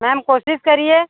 ma'am कोशिश करिए